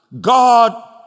God